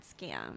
scam